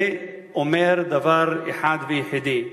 זה אומר דבר אחד ויחידי: